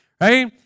right